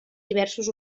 diversos